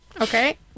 Okay